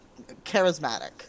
Charismatic